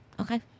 Okay